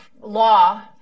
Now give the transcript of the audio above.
law